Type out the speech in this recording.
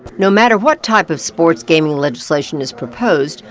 no matter what type of sports gaming legislation is proposed,